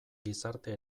gizarte